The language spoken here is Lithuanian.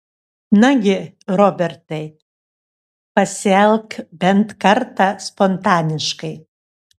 nagi robertai pasielk bent kartą spontaniškai